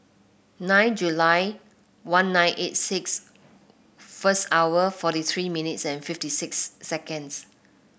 nine July one nine eight six first hour forty three minutes and fifty six seconds